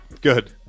Good